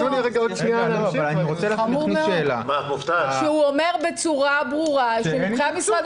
תנו לי רק להשלים --- הוא אומר בצורה ברורה שבהנחיות משרד